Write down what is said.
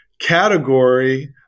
category